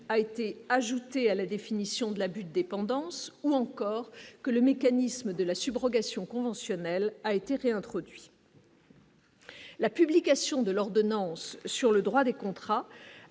a été ajouté à la définition de l'abus de dépendance ou encore que le mécanisme de la sub-rogations conventionnel a été réintroduit. La publication de l'ordonnance sur le droit des contrats